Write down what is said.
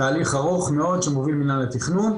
תהליך ארוך מאוד שמוביל מינהל התכנון,